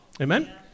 Amen